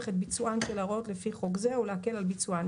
את ביצוען של הוראות לפי חוק זה או להקל על ביצוען.